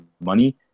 Money